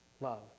love